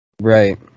Right